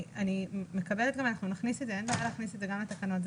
אין בעיה להכניס את זה גם לתקנות.